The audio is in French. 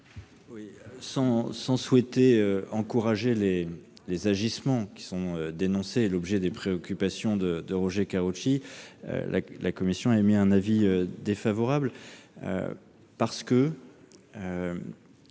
? Sans vouloir encourager les agissements qui sont dénoncés et qui font l'objet des préoccupations de Roger Karoutchi, la commission a émis un avis défavorable sur cet